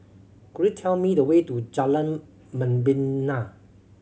could you tell me the way to Jalan Membina